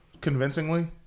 convincingly